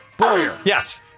Yes